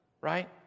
Right